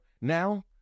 Now